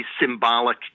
symbolic